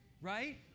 right